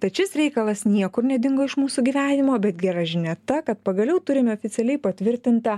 tad šis reikalas niekur nedingo iš mūsų gyvenimo bet gera žinia ta kad pagaliau turime oficialiai patvirtintą